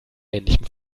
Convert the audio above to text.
ähnlichem